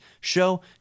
show